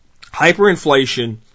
hyperinflation